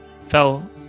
Fell